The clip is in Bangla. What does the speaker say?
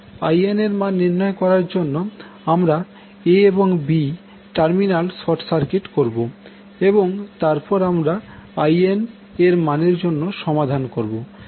IN এর মান নির্ণয় করার জন্য আমরা a এবং b টার্মিনাল শর্ট সার্কিট করবো এবং তারপর আমরা INএর মানের জন্য সমাধান করবো